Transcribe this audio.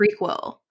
prequel